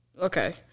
Okay